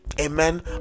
Amen